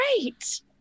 Great